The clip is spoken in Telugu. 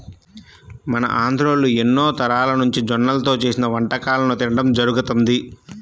మన ఆంధ్రోల్లు ఎన్నో తరాలనుంచి జొన్నల్తో చేసిన వంటకాలను తినడం జరుగతంది